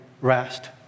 rest